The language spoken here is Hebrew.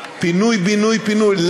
פינוי-בינוי-פינוי,